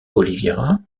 oliveira